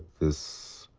this